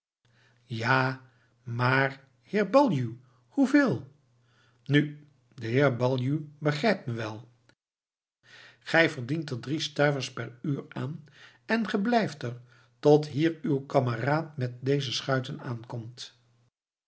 ja maar heer baljuw hoeveel nu de heer baljuw begrijpt me wel gij verdient er drie stuivers per uur aan en ge blijft er tot hier uw kameraad met deze schuiten aankomt